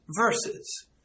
verses